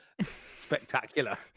Spectacular